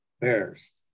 bears